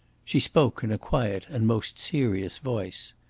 she spoke in a quiet and most serious voice.